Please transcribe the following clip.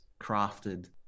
crafted